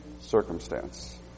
circumstance